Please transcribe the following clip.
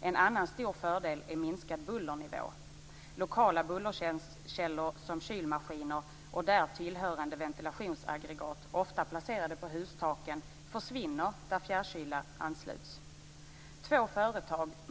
En annan stor fördel är minskad bullernivå. Lokala bullerkällor som kylmaskiner och tillhörande ventilationsaggregat, ofta placerade på hustaken, försvinner där fjärrkyla ansluts.